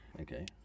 Okay